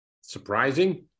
Surprising